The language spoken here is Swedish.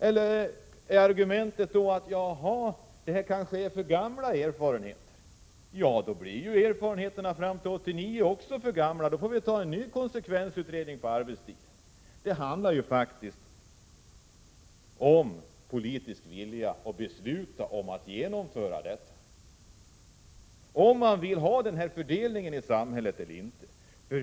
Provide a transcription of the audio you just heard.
Eller är argumentet att det kanske är för gamla erfarenheter? Då blir ju erfarenheterna fram till år 1989 också för gamla, och då får vi ta en ny konsekvensutredning om arbetstid. Det handlar ju faktiskt om politisk vilja att besluta om att genomföra förslaget — om man vill ha den här fördelningen i samhället.